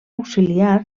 auxiliar